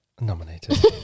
nominated